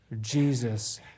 Jesus